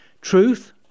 Truth